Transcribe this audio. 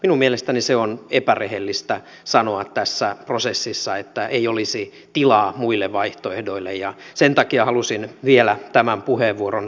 minun mielestäni on epärehellistä sanoa tässä prosessissa että ei olisi tilaa muille vaihtoehdoille ja sen takia halusin vielä tämän puheenvuoron käyttää